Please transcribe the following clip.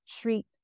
treat